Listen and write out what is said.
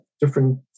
different